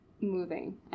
moving